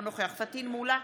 אינו נוכח פטין מולא,